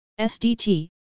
SDT